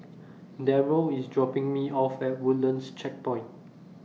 Darryll IS dropping Me off At Woodlands Checkpoint